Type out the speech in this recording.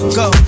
go